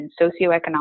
socioeconomic